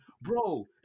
Bro